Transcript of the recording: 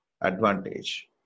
advantage